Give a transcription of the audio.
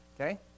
okay